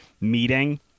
meeting